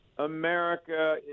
America